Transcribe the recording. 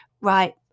Right